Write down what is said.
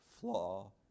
flaw